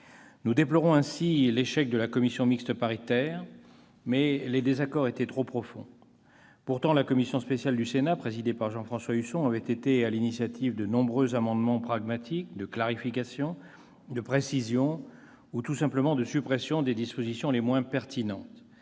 Nous déplorons ainsi l'échec de la commission mixte paritaire, mais les désaccords étaient trop profonds. La commission spéciale du Sénat, présidée par Jean-François Husson, avait pourtant pris l'initiative de nombreux amendements pragmatiques de clarification, de précision ou tout simplement de suppression des dispositions les moins pertinentes.